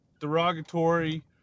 derogatory